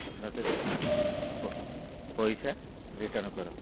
ନଚେତ୍ ପଇସା ରିର୍ଟନ୍ କର